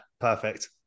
perfect